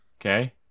Okay